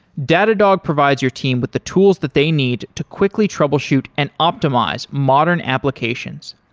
datadog provides your team with the tools that they need to quickly troubleshoot and optimize modern applications.